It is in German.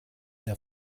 der